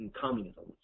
communism